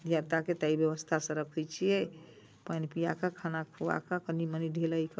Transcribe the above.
धिया पूताके ताहि व्यवस्थासे रखैत छियै पानि पिआ कऽ खाना खुआ कऽ कनी मनी ढिलाइ कऽ कऽ